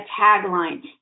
tagline